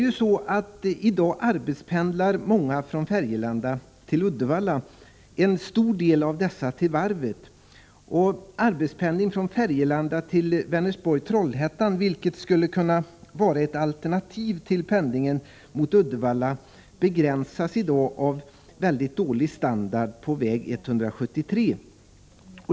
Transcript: I dag arbetspendlar många från Färgelanda till Uddevalla, en stor del av dessa till varvet. Arbetspendlingen från Färgelanda till Vänersborg/Trollhättan, vilken skulle kunna vara ett alternativ till pendlingen mot Uddevalla, begränsas i dag av en mycket dålig standard på väg 173.